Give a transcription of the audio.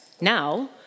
now